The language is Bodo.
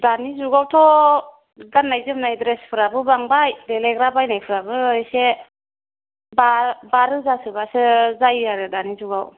दानि जुगआवथ' गाननाय जोमनाय द्रेसफोराबो बांबाय देलायग्रा बायनायफ्राबो एसे बा बा रोजा सोबासो जायो आरो दानि जुगआव